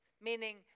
Meaning